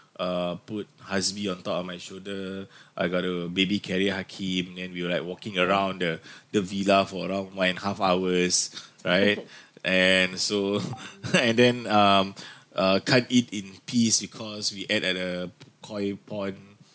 uh put Hazbi on top of my shoulder I got to baby carry Hakim then we were like walking around the the villa for around one and half hours right and so and then um uh can't eat in peace because we ate at a koi pond